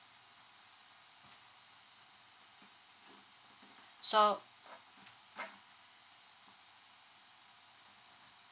so